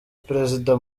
perezida